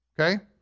Okay